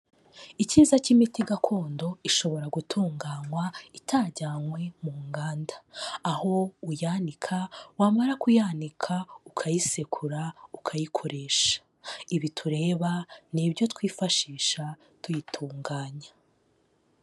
Icyiza cy'imiti gakondo ishobora gutunganywa itajyanywe mu nganda, aho uyanika, wamara kuyanika ukayisekura ukayikoresha, ibitureba ni ibyo twifashisha tuyitunganya.